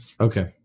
Okay